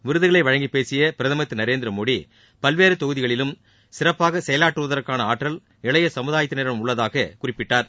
விருதுகளை வழங்கி பேசிய பிரதமர் திரு நரேந்திரமோடி பல்வேறு தொகுதிகளிலும் சிறப்பாக செயலாற்றுவதற்கான ஆற்றல் இளைய சமுதாயத்தினரிடம் உள்ளதாக குறிப்பிட்டார்